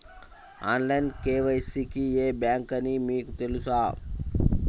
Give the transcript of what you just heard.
Online KYC కి ఏ bank అని మీకు తెలుసా?